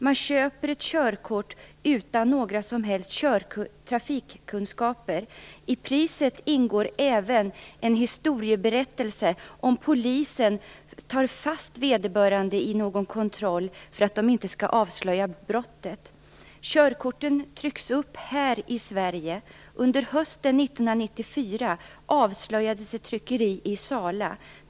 Man köper ett körkort utan att ha några som helst trafikkunskaper. I priset ingår även en historieberättelse, för att föraren inte skall avslöja brottet om polisen tar fast vederbörande i en kontroll. Körkorten trycks upp här i Sverige. Under hösten 1994 avslöjades ett tryckeri i Sala.